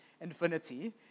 infinity